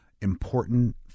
important